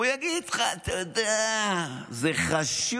הוא יגיד לך: אתה יודע, זה חשוב,